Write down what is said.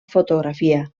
fotografia